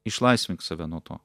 išlaisvink save nuo to